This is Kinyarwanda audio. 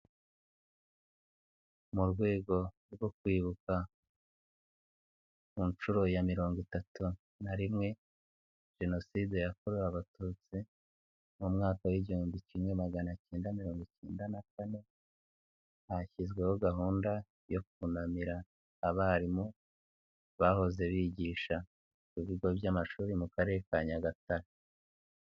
Mu rwego rwo kwibuka ku nshuro ya mirongo itatu na rimwe, Jenoside yakorewe Abatutsi, mu mwaka w'igihumbi kimwe magana kenda mirongo ikenda na kane, hashyizweho gahunda yo kunamira abarimu, bahoze bigisha ku bigo by'amashuri mu karere ka Nyagatare.